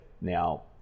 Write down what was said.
Now